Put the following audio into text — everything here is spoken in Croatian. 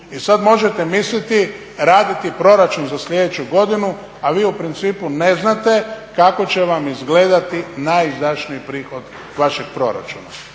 I sada možete misliti raditi proračun za sljedeću godinu a vi u principu ne znate kako će vam izgledati najizdašniji prihod vašeg proračuna.